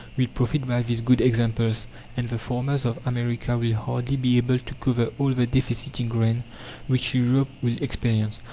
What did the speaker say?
will profit by these good examples and the farmers of america will hardly be able to cover all the deficit in grain which europe will experience.